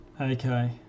Okay